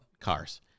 cars